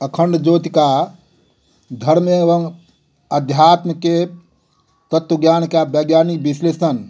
अखंड ज्योतिका धर्म एवं अध्यात्म के तत्व ज्ञान का वैज्ञानिक विश्लेषण